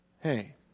hey